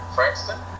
Frankston